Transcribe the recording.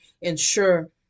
ensure